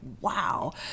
wow